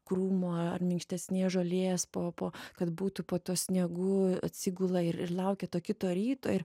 krūmo ar minkštesnės žolės po po kad būtų po to sniegu atsigula ir ir laukia to kito ryto ir